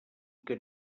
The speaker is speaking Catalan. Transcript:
que